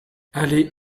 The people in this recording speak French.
allée